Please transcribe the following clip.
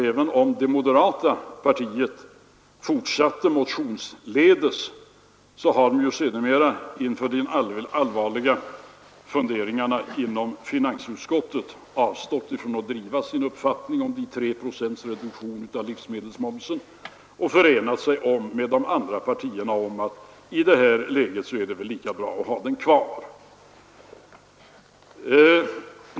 Även om moderaterna fortsatte motionsledes, så har de sedermera inför de allvarliga funderingarna inom finansutskottet avstått från att driva sin uppfattning om 3 procents reduktion av livsmedelsmomsen och förenat sig med de andra partierna om att det i det här läget väl är lika bra att ha den kvar.